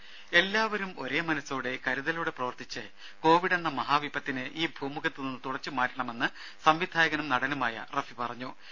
രുമ എല്ലാവരും ഒരേ മനസോടെ കരുതലോടെ പ്രവർത്തിച്ച് കോവിഡെന്ന മഹാവിപത്തിനെ ഈ ഭൂമുഖത്തുനിന്ന് തുടച്ചു മാറ്റണമെന്ന് സംവിധായകനും നടനുമായ റഫി പറഞ്ഞു